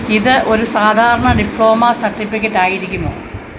ഇത് ഒരു സാധാരണ ഡിപ്ലോമ സർട്ടിഫിക്കറ്റ് ആയിരിക്കുമോ